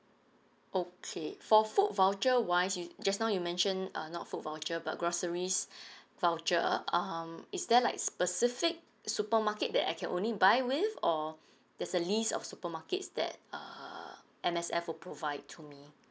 okay for food voucher wise you just now you mentioned err not food voucher but groceries voucher um is there like specific supermarket that I can only buy with or there's a list of supermarkets that uh M_S_F will provide to me